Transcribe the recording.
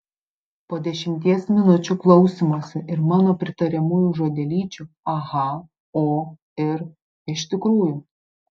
po dešimties minučių klausymosi ir mano pritariamųjų žodelyčių aha o ir iš tikrųjų